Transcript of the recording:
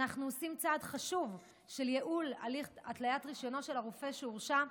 אנחנו עושים צעד חשוב של ייעול הליך התליית רישיונו של הרופא שהורשע,